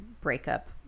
breakup